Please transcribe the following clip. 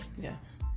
yes